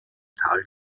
tal